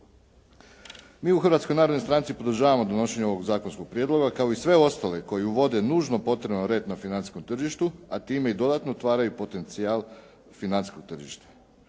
Mi u Hrvatskoj narodnoj stranci podržavamo donošenje ovo zakonskog prijedloga, kao i sve ostale koji uvode nužno potreban red na financijskom tržištu, a time i dodatno otvaraju potencijal financijskog tržišta.